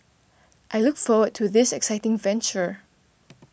I look forward to this exciting venture